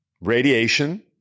radiation